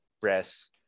press